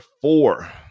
four